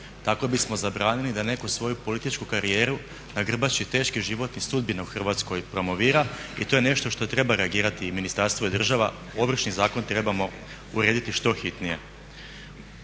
Tako bismo zabranili da netko svoju političku karijeru na grbači teških životnih sudbina u Hrvatskoj promovira i to je nešto što treba reagirati i ministarstvo i država. Ovršni zakon trebamo urediti što hitnije.